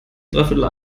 dreiviertel